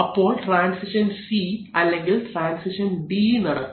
അപ്പോൾ transition C അല്ലെങ്കിൽ transition D നടക്കും